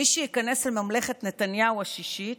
מי שייכנס לממלכת נתניהו השישית